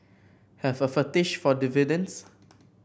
have a fetish for dividends